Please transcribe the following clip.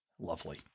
Lovely